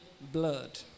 Blood